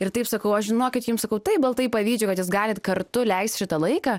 ir taip sakau aš žinokit jums sakau taip baltai pavydžiu kad jūs galit kartu leist šitą laiką